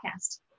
podcast